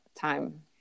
time